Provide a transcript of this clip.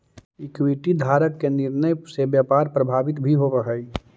equity धारक के निर्णय से व्यापार प्रभावित भी होवऽ हइ